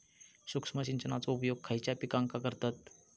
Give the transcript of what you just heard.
सूक्ष्म सिंचनाचो उपयोग खयच्या पिकांका करतत?